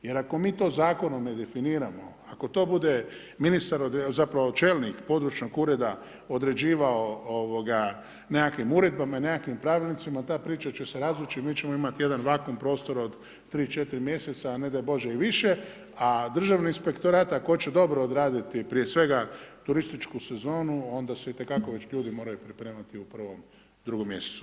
Jer ako mi to zakonom ne definiramo, ako to bude ministar, zapravo čelnik područnog ureda određivao nekakvim uredbama i nekakvim pravilnicima ta priča će se razvući i mi ćemo imati jedan vakumm prostor od 3, 4 mjeseca a ne daj Bože i više a Državni inspektorat ako hoće dobro odraditi prije svega turističku sezonu onda se itekako već ljudi moraju pripremati u prvom, drugom mjesecu.